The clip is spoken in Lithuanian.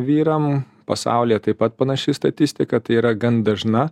vyram pasaulyje taip pat panaši statistika tai yra gan dažna